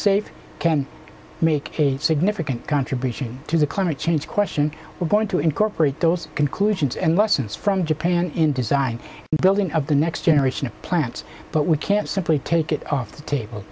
safe can make a significant contribution to the climate change question we're going to incorporate those conclusions and lessons from japan in design building of the next generation of plants but we can't simply take it off the table